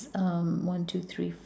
uh one two three f~